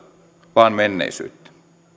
vaan menneisyyttä